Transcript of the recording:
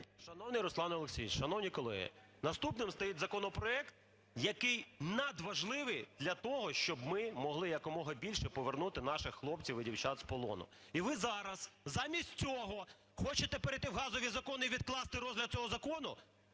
Шановний Руслан Олексійович, шановні колеги, наступним стоїть законопроект, який надважливий для того, щоб ми могли якомога більше повернути наших хлопців і дівчат з полону. І ви зараз замість цього хочете перейти в газові закони і відкласти розгляд цього закону?